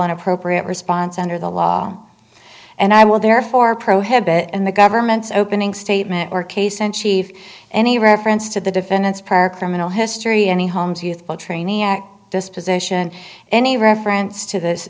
and appropriate response under the law and i will therefore prohibit in the government's opening statement or case in chief any reference to the defendant's prior criminal history any homes youthful training at disposition any reference to this